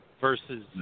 versus